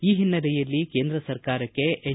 ಈ ಹಿನ್ನೆಲೆಯಲ್ಲಿ ಕೇಂದ್ರ ಸರಕಾರಕ್ಕೆ ಎನ್